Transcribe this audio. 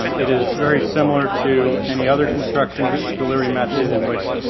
um it is very similar to any other construction delivery method in which,